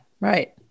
Right